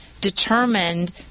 determined